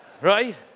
Right